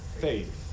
faith